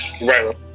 right